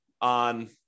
on